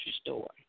store